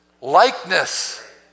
likeness